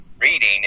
reading